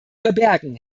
verbergen